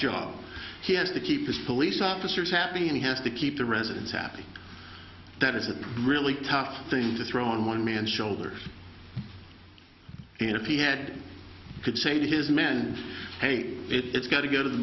job he has to keep his police officers happy and he has to keep the residents happy that is a pretty tough thing to throw on one man's shoulders and if he had could say to his men hey it's got to go to the